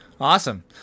Awesome